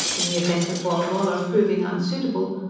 in the event of walwala proving unsuitable,